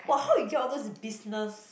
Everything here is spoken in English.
!wah! how you get those business